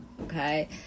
Okay